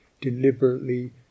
deliberately